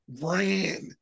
ran